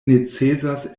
necesas